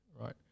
right